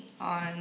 on